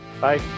bye